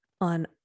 on